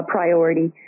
Priority